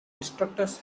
instructors